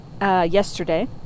yesterday